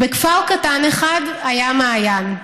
בכפר קטן אחד היה מעיין.